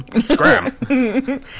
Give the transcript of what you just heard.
Scram